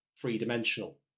three-dimensional